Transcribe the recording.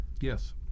Yes